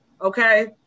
okay